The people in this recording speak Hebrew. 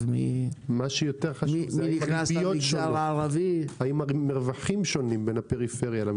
מה שיותר חשוב - האם הרווים שונים בין הפריפריה?